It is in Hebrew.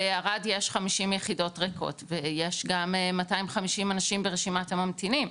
בערד יש 50 יחידות ריקות ויש גם 250 אנשים ברשימת הממתינים,